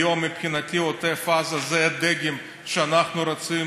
היום מבחינתי עוטף עזה זה הדגם שאנחנו רוצים,